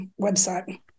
website